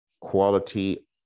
Quality